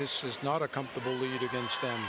this is not a comfortable lead against the